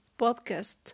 podcast